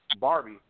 Barbie